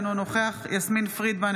אינו נוכח יסמין פרידמן,